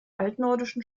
altnordischen